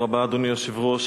אדוני היושב-ראש,